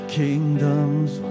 kingdoms